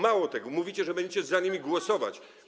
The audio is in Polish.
Mało tego, mówicie, że będziecie za nimi głosować.